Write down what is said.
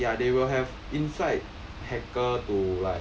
ya they will have inside hacker to like